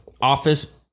office